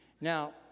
Now